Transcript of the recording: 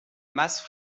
más